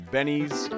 Benny's